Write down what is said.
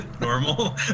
Normal